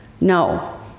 No